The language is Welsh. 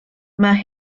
mae